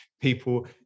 People